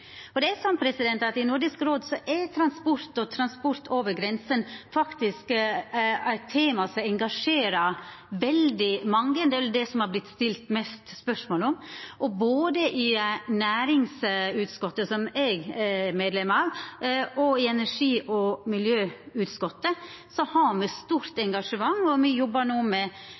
transportministermøtet i 2014, sånn at eg kunne presentera synspunkta frå Nordisk råd. I Nordisk råd er transport og transport over grensene eit tema som engasjerer veldig mange – det er vel det som det har vorte stilt flest spørsmål om. Både i Næringsutskottet, som eg er medlem av, og i Miljøutskottet, har me stort engasjement, og me jobbar no med